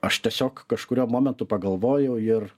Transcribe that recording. aš tiesiog kažkuriuo momentu pagalvojau ir